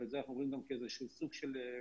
ואת זה אנחנו אומרים כאיזה רכש אסטרטגי